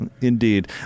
Indeed